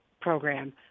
program